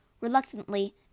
Reluctantly